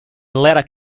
later